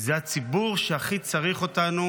זה הציבור שהכי צריך אותנו,